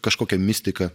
kažkokia mistika